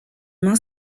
main